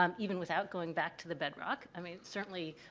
um even without going back to the bedrock. i mean, certainly,